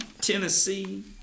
Tennessee